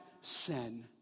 sin